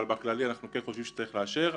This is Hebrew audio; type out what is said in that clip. אבל בכללי אנחנו כן חושבים שצריך לאשר,